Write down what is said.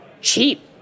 Cheap